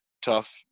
tough